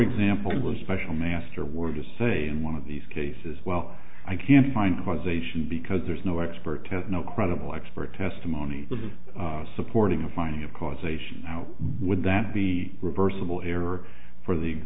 example a special master were to say in one of these cases well i can't find causation because there's no expert no credible expert testimony of supporting a finding of causation how would that be reversible error for the